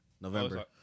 November